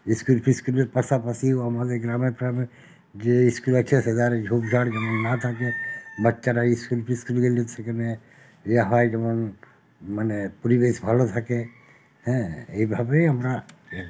school ফিসকুলের পাশাপাশি ও আমাদের গ্রামে ফ্র্যামে যে স্কুল আছে সেখানে ঝোপ ঝাড় যেন না থাকে বাচ্চারা স্কুল ফিসকুল গেলে সেখানে ইয়া হয় যেমন মানে পরিবেশ ভালো থাকে হ্যাঁ এইভাবেই আমরা এ করি